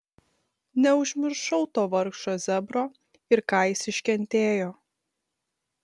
neužmiršau to vargšo zebro ir ką jis iškentėjo